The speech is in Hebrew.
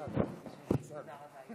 ההצעה לסדר-היום